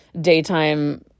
daytime